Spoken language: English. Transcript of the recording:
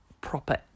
proper